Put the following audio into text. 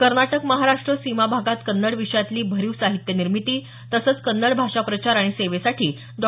कर्नाटक महाराष्ट्र सीमा भागात कन्नड विषयातली भरीव साहित्यनिर्मिती तसंच कन्नड भाषाप्रचार आणि सेवेसाठी डॉ